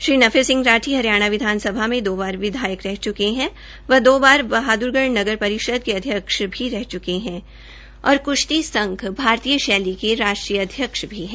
श्री नफे सिंह राठी हरियाणा विधानसभा में दो बार विधायक रह च्के है व दो बार बहाद्रगढ़ नगर परिषद के अध्यक्ष भी रह च्के है और क्श्ती संघ भारतीय शैली के राष्ट्रीय अध्यक्ष भी है